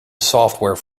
software